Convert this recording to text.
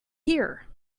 here